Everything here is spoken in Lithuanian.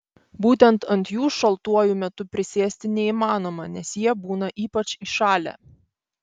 būtent ant jų šaltuoju metu prisėsti neįmanoma nes jie būna ypač įšalę